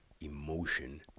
emotion